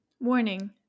Warning